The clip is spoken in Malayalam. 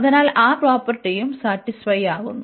അതിനാൽ ആ പ്രോപ്പർട്ടിയും സാറ്റിസ്ഫൈയാകുന്നു